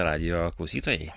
radijo klausytojai